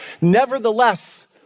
Nevertheless